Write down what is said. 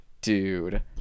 dude